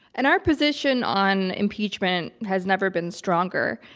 and our position on impeachment has never been stronger.